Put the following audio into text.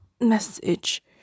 message